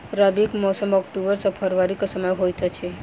रबीक मौसम अक्टूबर सँ फरबरी क समय होइत अछि